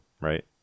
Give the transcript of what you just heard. right